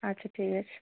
আচ্ছা ঠিক আছে